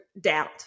doubt